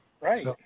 Right